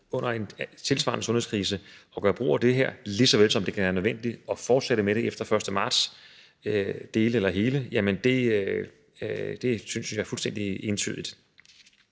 under en tilsvarende sundhedskrise at gøre brug af det her, lige så vel som det kan være nødvendigt at fortsætte med det efter den 1. marts, helt eller delvis, synes jeg er fuldstændig indlysende.